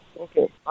Okay